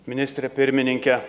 ministre pirmininke